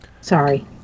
Sorry